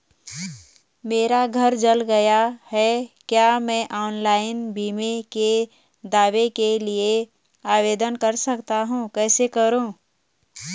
मेरा घर जल गया है क्या मैं ऑनलाइन बीमे के दावे के लिए आवेदन कर सकता हूँ कैसे करूँ?